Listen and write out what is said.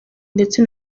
ndetse